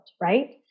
right